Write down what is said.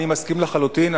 אני מסכים לחלוטין.